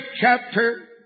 chapter